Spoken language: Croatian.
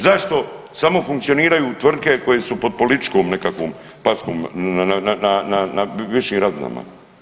Zašto samo funkcioniraju tvrtke koje su pod političkom nekakvom packom na više razina.